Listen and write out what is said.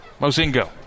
Mozingo